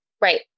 Right